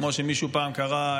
כמו שמישהו פעם קרא,